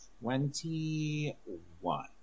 twenty-one